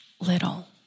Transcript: little